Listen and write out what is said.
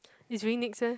is really next leh